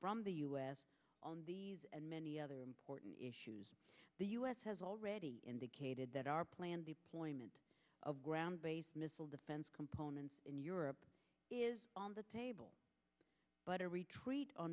from the u s on these and many other important issues the u s has already indicated that our plan deployment of ground based missile defense components in europe is on the table but a retreat